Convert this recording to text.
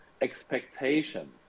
expectations